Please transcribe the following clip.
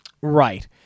right